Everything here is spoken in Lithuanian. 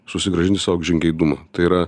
susigrąžinti sau žingeidumą tai yra